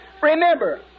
Remember